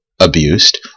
abused